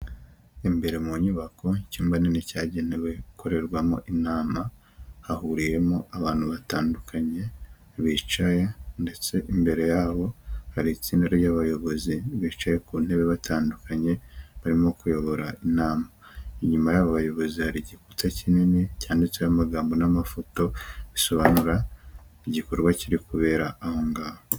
Imbere mu nyubako ikimba kini cyagenewe gukorerwamo inama hahuriyemo abantu batandukanye bicaye ndetse imbere yabo hari itsinda ry'abayobozi bicaye ku ntebe batandukanye barimo kuyobora inama inyuma y'aba bayobozi hari igikuta kinini cyanditseho amagambo n'amafoto bisobanura igikorwa kiri kubera ahongaho.